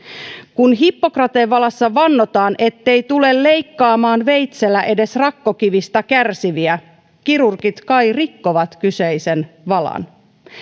kun hippokrateen valassa vannotaan ettei tule leikkaamaan veitsellä edes rakkokivistä kärsiviä kirurgit kai rikkovat kyseisen valan